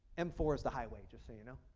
m four is the highway just so you know.